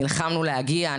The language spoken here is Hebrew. נלחמנו להגיע,